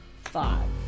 five